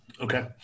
Okay